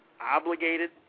obligated